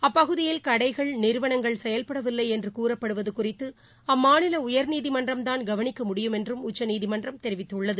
அப்பகுதியில் கடைகள் நிறுவனங்கள் செயல்படவில்லைஎன்றுகூறப்படுவதுகுறித்துஅம்மாநிலஉயர்நீதிமன்றம்தான் கவனிக்க முடியும் என்றம் உச்சநீதிமன்றம் தெரிவித்துள்ளது